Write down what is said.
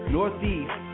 Northeast